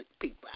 people